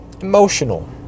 emotional